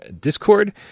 Discord